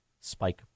spike